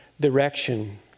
direction